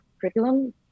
curriculum